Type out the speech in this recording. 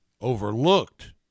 overlooked